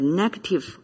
negative